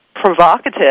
Provocative